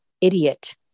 idiot